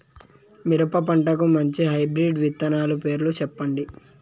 మిరప పంటకు మంచి హైబ్రిడ్ విత్తనాలు పేర్లు సెప్పండి?